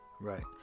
Right